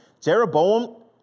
Jeroboam